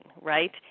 right